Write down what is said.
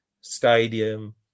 stadium